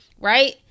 right